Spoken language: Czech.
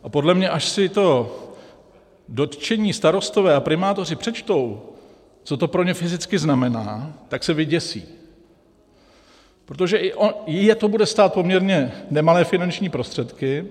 A podle mě, až si to dotčení starostové a primátoři přečtou, co to pro ně fyzicky znamená, tak se vyděsí, protože i je to bude stát poměrně nemalé finanční prostředky.